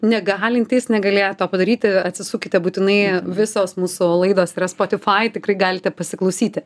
negalintys negalėję to padaryti atsisukite būtinai visos mūsų laidos yra spotifai tikrai galite pasiklausyti